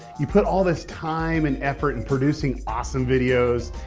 you put all this time and effort in producing awesome videos.